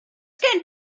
gen